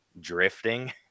drifting